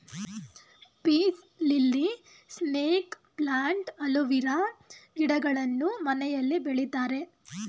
piece lily, snake plant, aloe vera ಗಿಡಗಳನ್ನು ಮನೆಯಲ್ಲಿ ಬೆಳಿತಾರೆ